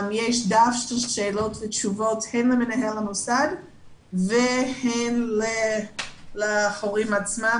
יש דף שאלות ותשובות הן למנהל המוסד והן להורים עצמם,